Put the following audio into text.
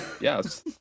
Yes